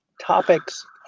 topics